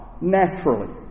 naturally